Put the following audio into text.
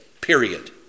period